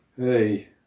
Hey